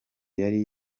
yari